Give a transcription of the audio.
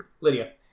Lydia